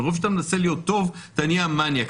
מרוב שאתה מנסה להיות טוב, אתה נהיה מניאק.